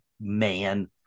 man